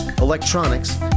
electronics